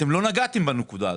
אתם לא נגעתם בנקודה הזו.